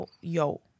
yo